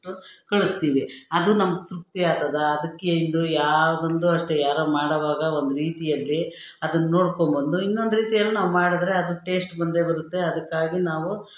ಕಳಿಸ್ತೀವಿ ಅದು ನಮ್ಮ ತೃಪ್ತಿಯಾತದೆ ಅದಕ್ಕೆ ಇದು ಯಾವುದಂದು ಅಷ್ಟೇ ಯಾರೋ ಮಾಡೋವಾಗ ಒಂದು ರೀತಿಯಲ್ಲಿ ಅದನ್ನ ನೋಡ್ಕೋ ಬಂದು ಇನ್ನೊಂದು ರೀತಿಯಲ್ಲಿ ನಾವು ಮಾಡಿದ್ರೆ ಅದು ಟೇಸ್ಟ್ ಬಂದೆ ಬರುತ್ತೆ ಅದಕ್ಕಾಗಿ ನಾವು